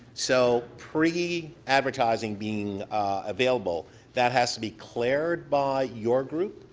so preadvertiseel being available that has to be cleared by your group?